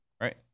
right